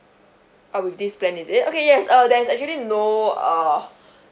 uh with this plan is it okay yes uh there is actually no uh